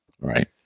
Right